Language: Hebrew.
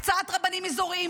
הקצאת רבנים אזוריים,